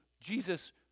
Jesus